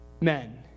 men